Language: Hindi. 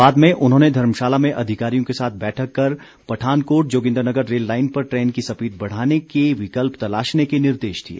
बाद में उन्होंने धर्मशाला में अधिकारियों के साथ बैठक कर पठानकोट जोगिन्द्रनगर रेल लाइन पर ट्रेन की स्पीड बढ़ाने के विकल्प तलाशने के निर्देश दिए